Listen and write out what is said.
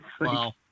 Wow